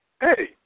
Hey